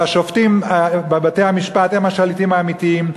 כשהשופטים בבתי-המשפט הם השליטים האמיתיים,